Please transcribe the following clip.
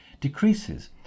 decreases